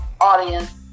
audience